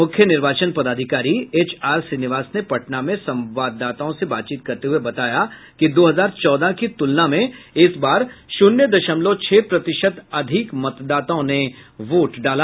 मुख्य निर्वाचन पदाधिकारी एचआर श्रीनिवास ने पटना में संवाददाताओं से बातचीत करते हुए बताया कि दो हजार चौदह के तुलना में इस बार शून्य दशमलव छह प्रतिशत अधिक मतदाताओं ने वोट डाला